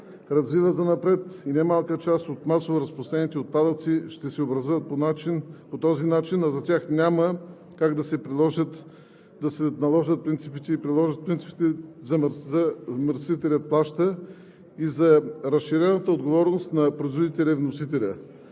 развива занапред и не малка част от масово разпространените отпадъци ще се образуват по този начин, а за тях няма как да се наложат и приложат принципите „замърсителят плаща“ и за разширената отговорност на производителя и вносителя.